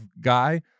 guy